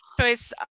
choice